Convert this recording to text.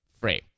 free